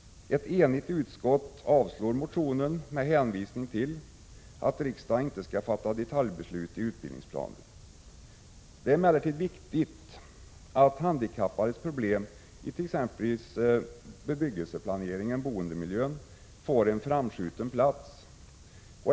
Ett enigt utskott avslår motionen med hänvisning till att riksdagen inte skall fatta detaljbeslut i utbildningsplaner. Det är emellertid viktigt att handikappades problem it.ex. bebyggelseplanering och i boendemiljön får en framskjuten plats.